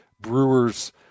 Brewers